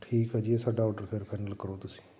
ਠੀਕ ਆ ਜੀ ਇਹ ਸਾਡਾ ਔਡਰ ਫਿਰ ਫਾਈਨਲ ਕਰੋ ਤੁਸੀਂ